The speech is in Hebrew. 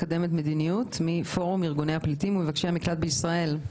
מקדמת מדיניות מפורום ארגוני הפליטים ומבקשי המקלט בישראל.